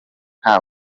nta